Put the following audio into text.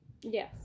Yes